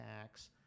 tax